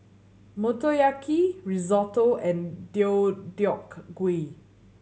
Motoyaki Risotto and Deodeok Gui